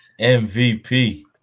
MVP